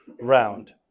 round